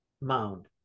mound